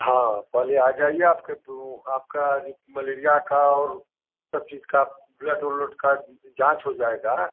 हाँ पहले आ जाइए आपके वह आपका मलेरिया का और सब चीज़ का ब्लड ओलड का जैसे जाँच हो जाएगा